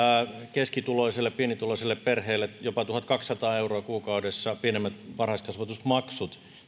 keskituloisille pienituloisille perheille ovat jopa tuhatkaksisataa euroa kuukaudessa pienemmät varhaiskasvatusmaksut